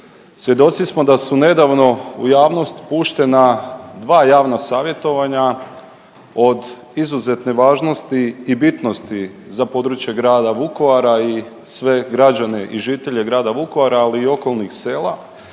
svjedoci smo da su nedavno u javnost puštena dva javna savjetovanja od izuzetne važnosti i bitnosti za područje grada Vukovara i sve građane i žitelje grada Vukovara, ali i okolnih sela.